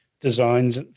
designs